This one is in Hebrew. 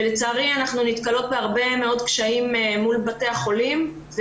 אנחנו נתקלות בהרבה מאוד קשיים מול בתי החולים.